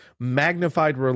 magnified